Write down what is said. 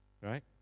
Right